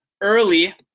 early